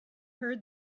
heard